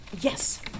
Yes